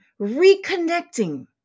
reconnecting